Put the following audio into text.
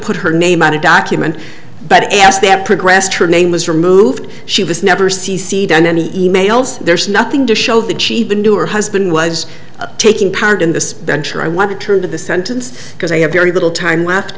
put her name on a document but as they have progressed her name was removed she was never c c done any e mails there is nothing to show that cheap endure husband was taking part in this venture i want to turn to the sentence because i have very little time left